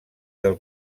del